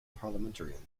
parliamentarian